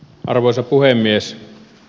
arvoisa puhemies